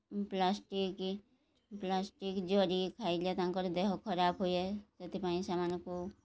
plastic plastic ଜରି ଖାଇଲେ ତାଙ୍କର ଦେହ ଖରାପ ହୁଏ ସେଥିପାଇଁ ସେମାନଙ୍କୁ